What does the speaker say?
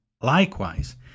likewise